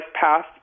path